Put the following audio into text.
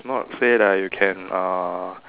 not say like you can uh